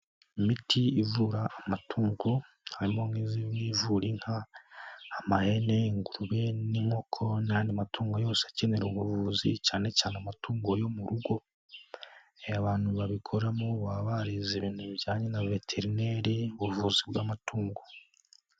Imiti ivura amatungo, harimo nk'izimi ivura inka, amahene, ingurube n'inkoko, n'anani matungo yose akenera ubuvuzi, cyane cyane amatungo yo mu rugo, abantu babikoramo baba barize ibintu bijyanye na veterineri, ubuvuzi bw'amatungo.